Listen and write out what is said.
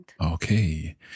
Okay